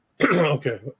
Okay